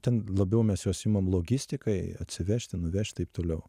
ten labiau mes juos imam logistikai atsivežti nuvežt taip toliau